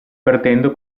perdendo